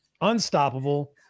Unstoppable